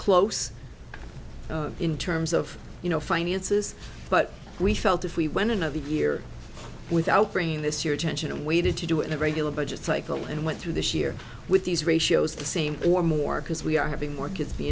close in terms of you know finances but we felt if we went in of the year without bringing this your attention and waited to do in a regular budget cycle and went through this year with these ratios the same or more because we are having more kids be